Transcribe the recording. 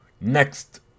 Next